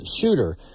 shooter